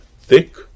thick